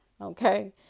Okay